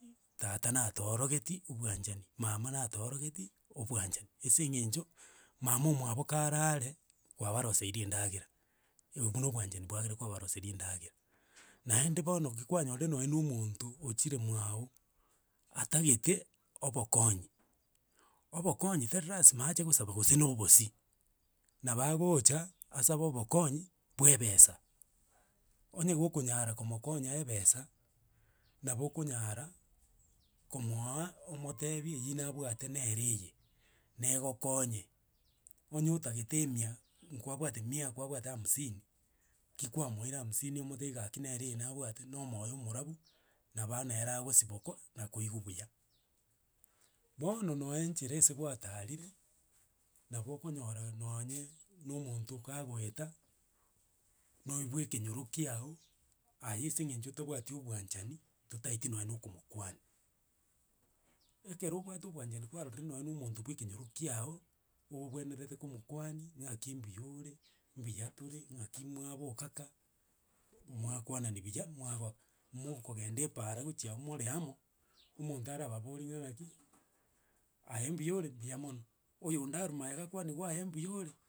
Tata natoorogeti obwanchani, mama natoorogeti obwanchani, ese eng'encho mama omwabo kare are, kwabaroseire endagera, obo na obwanchani bwagera kwabaroseria endagera. Naende bono ki kwanyorire nonya na omonto ochire mwago, atagete obokonyi, obokonyi tari lazima ache gosaba gose na obosie. Nabo agocha, asabe obokonyi bwa ebesa, onye gokonyara komokonya ebesa, nabo okonyara komoa omotebi eywo nabwate nere eye, nengokonye? Onye otagete emia nkwabwate mia, kwabwate hamsini, ki kwamoire hamsini omotebi gaki nere eye nabwate na omoyo omorabu, nabo nere agosiboka na koigwa buya. Bono nonya enchera ase gwatarire, nabo okonyora nonye na omonto kagoeta noyo bwa ekenyoro kiago aye ase eng'encho otabwati obwanchani, totaeti nonye na okomokwania. Ekero obwate obwanchani kwarorire nonye na omonto bwa ekenyoro kiago, oobwenerete komokwania ng'aki mbuyore, mbuyatotare, ng'aki mwaboka kaa, mwakanani buya, mwagoka, mokogenda epaara gochi abwo more amo, omonto arababori iga ng'aki, aye mbuyore mbuyamono, oyonde aru maega akwaniwe aye mbuyore.